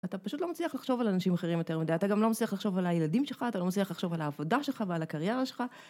אתה פשוט לא מצליח לחשוב על אנשים אחרים יותר מדי, אתה גם לא מצליח לחשוב על הילדים שלך, אתה לא מצליח לחשוב על העבודה שלך ועל הקריירה שלך.